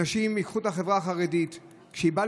אנשים ייקחו את החברה החרדית כשהיא באה